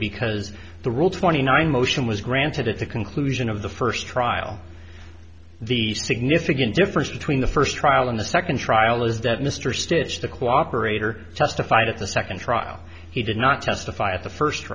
because the rule twenty nine motion was granted at the conclusion of the first trial the significant difference between the first trial and the second trial is that mr stitch the cooperator testified at the second trial he did not testify at the first